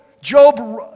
Job